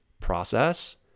process